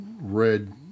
red